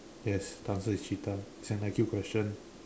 yes the answer is cheetah it's an I_Q question